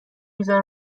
میزنه